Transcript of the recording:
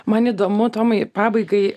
man įdomu tomai pabaigai